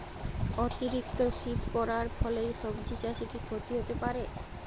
অতিরিক্ত শীত পরার ফলে সবজি চাষে কি ক্ষতি হতে পারে?